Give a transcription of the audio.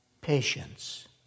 patience